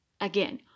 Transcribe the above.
again